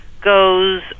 goes